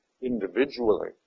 individually